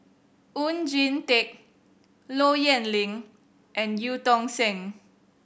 Oon Jin Teik Low Yen Ling and Eu Tong Sen